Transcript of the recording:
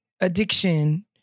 Addiction